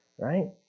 Right